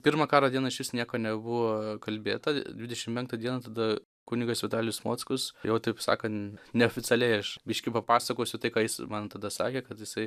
pirmą karo dieną išvis nieko nebuvo kalbėta dvidešim penktą dieną tada kunigas vitalijus mockus jau taip sakan neoficialiai aš biškį papasakosiu tai ką jis man tada sakė kad jisai